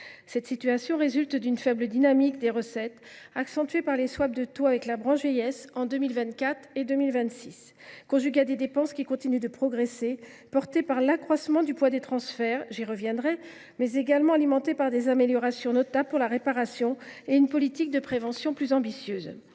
Cette situation résulte d’une faible dynamique des recettes, accentuée par les de taux avec la branche vieillesse en 2024 et en 2026, et conjuguée à des dépenses qui continuent de progresser, alimentées par l’accroissement du poids des transferts – j’y reviendrai –, mais également par des améliorations notables de la réparation et par une politique de prévention plus ambitieuse.